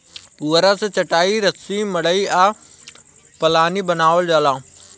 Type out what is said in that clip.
पुआरा से चाटाई, रसरी, मड़ई आ पालानी बानावल जाला